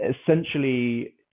Essentially